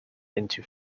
into